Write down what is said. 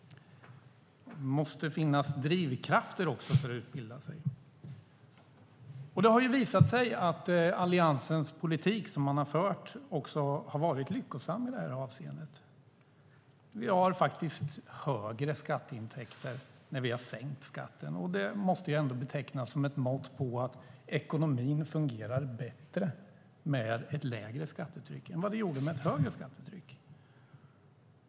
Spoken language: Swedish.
Det måste finnas drivkrafter för att utbilda sig. Det har visat sig att den politik Alliansen har fört också har varit lyckosam i det här avseendet. Vi har faktiskt högre skatteintäkter sedan vi har sänkt skatten, och det måste ändå betecknas som ett mått på att ekonomin fungerar bättre med ett lägre skattetryck än vad den gjorde med ett högre skattetryck.